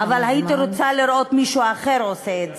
אבל הייתי רוצה לראות מישהו אחר עושה את זה.